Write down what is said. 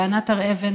לענת הר אבן